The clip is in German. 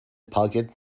parkett